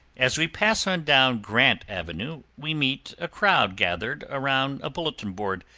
as we pass on down grant avenue we meet a crowd gathered around a bulletin board,